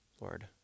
Lord